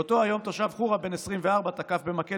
באותו היום תושב חורה בן 24 תקף במקל